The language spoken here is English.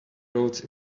roads